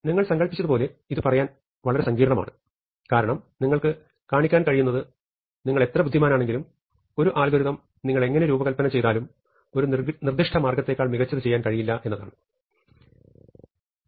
നിങ്ങൾ സങ്കൽപ്പിച്ചതുപോലെ ഇത് പറയാൻ വളരെ സങ്കീർണ്ണമാണ് കാരണം നിങ്ങൾക്ക് കാണിക്കാൻ കഴിയുന്നത് നിങ്ങൾ എത്ര ബുദ്ധിമാനാണെങ്കിലും ഒരു അൽഗോരിതം നിങ്ങൾ എങ്ങനെ രൂപകൽപ്പന ചെയ്താലും ഒരു നിർദ്ദിഷ്ട മാർഗത്തേക്കാൾ മികച്ചത് ചെയ്യാൻ കഴിയില്ല എന്നതാണ് സമയം 1313 കാണുക